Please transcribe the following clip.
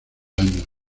años